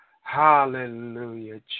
Hallelujah